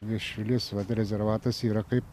viešvilės rezervatas yra kaip